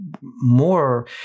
more